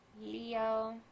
Leo